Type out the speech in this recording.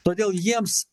todėl jiems